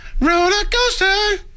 Rollercoaster